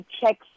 check